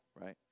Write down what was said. right